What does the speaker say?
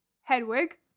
Hedwig